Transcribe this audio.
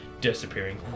disappearing